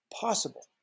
possible